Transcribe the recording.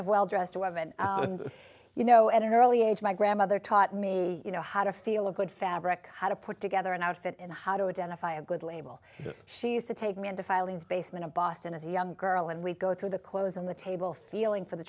of well dressed woman you know at an early age my grandmother taught me you know how to feel a good fabric how to put together an outfit and how to identify a good label she used to take me into filings basement of boston as a young girl and we go through the clothes on the table feeling for the